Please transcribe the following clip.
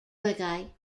uruguay